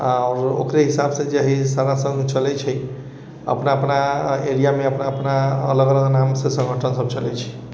आर ओकरे हिसाब से जे है सारा संघ चलै छै अपना अपना एरिया मे अपना अपना अलग अलग नाम से संगठन सब चलय छै